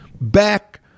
back